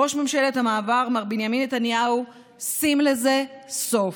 ראש ממשלת המעבר, מר בנימין נתניהו, שים לזה סוף.